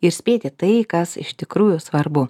ir spėti tai kas iš tikrųjų svarbu